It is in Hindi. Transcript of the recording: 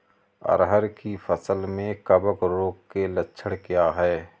अरहर की फसल में कवक रोग के लक्षण क्या है?